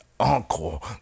Uncle